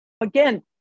again